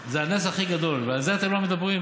זה הנס הכי גדול, ועל זה אתם לא מדברים?